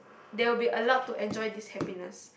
they will be allowed to enjoy this happiness